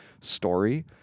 story